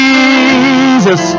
Jesus